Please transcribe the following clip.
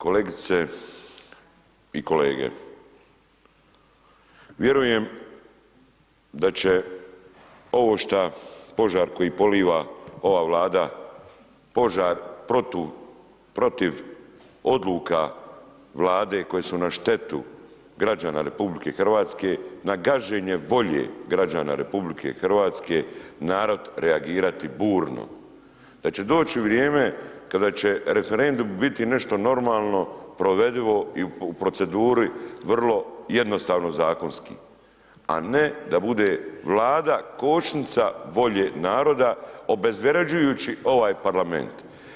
Kolegice i kolege, vjerujem da će ovo šta požar koji poliva, ova Vlada požar protiv odluka Vlade koje su na štetu građana RH, na gaženje volje građana RH, narod reagirati burno, da će doć vrijeme kad će referendum biti nešto normalno, provedivo i u proceduri vrlo jednostavno zakonski, a ne da bude Vlada kočnica volje naroda obezvređujući ovaj parlament.